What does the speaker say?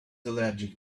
allergic